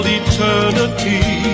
eternity